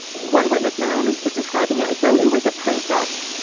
one witness in the room was was describing it as though it was a princess.